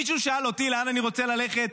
מישהו שאל אותי לאן אני רוצה ללכת?